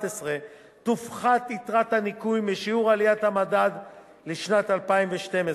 תופחת יתרת הניכוי משיעור עליית המדד לשנת 2012,